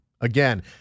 Again